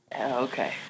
Okay